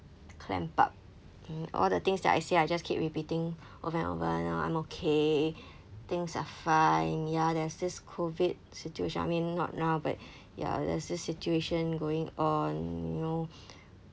clamp up hmm all the things that I say I just keep repeating over and over and all I'm okay things are fine ya there's this COVID situation I mean not now but ya there's this situation going on you know